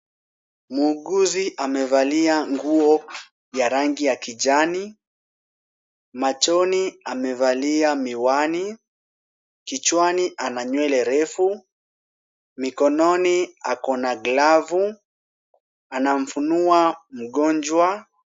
Muuguzi amevalia nguo ya rangi ya kijani. Machoni amevalia miwani. Kichwani ana nywele refu. Mikononi ako na glavu, anamfunua mgonjwa.